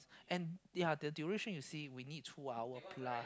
and yea the duration you see we need two hour plus